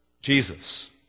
Jesus